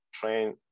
train